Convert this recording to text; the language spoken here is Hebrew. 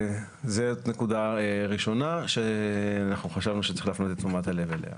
זו נקודה ראשונה שאנחנו חשבנו שצריך להפנות את תשומת הלב אליה.